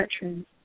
veterans